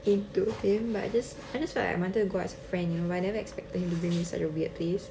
into him but just I just felt like I wanted to go as a friend but I didn't expect him to bring me to such a weird place